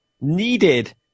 needed